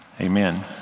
Amen